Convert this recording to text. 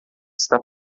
está